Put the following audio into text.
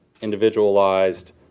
individualized